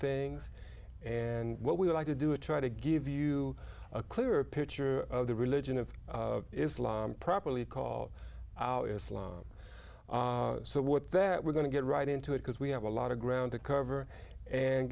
things and what we like to do is try to give you a clearer picture of the religion of islam properly call out islam so what that we're going to get right into it because we have a lot of ground to cover and